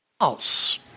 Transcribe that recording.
else